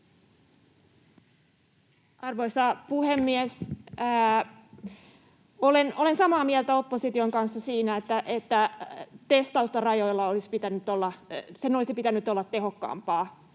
Arvoisa puhemies! Olen samaa mieltä opposition kanssa siitä, että testauksen rajoilla olisi pitänyt olla tehokkaampaa,